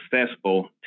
successful